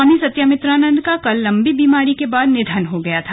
स्वामी सत्यमित्रानन्द का कल लंबी बीमारी के बाद निधन हो गया था